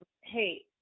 hey